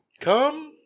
Come